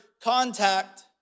contact